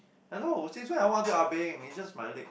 hello since when I want do ah beng it's just my leg